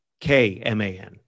K-M-A-N